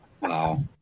Wow